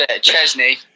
Chesney